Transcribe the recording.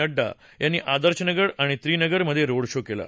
नङ्डा यांनी आदर्श नगर आणि त्रिनगर मध्ये रोड शो केला